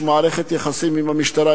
יש מערכת יחסים עם המשטרה,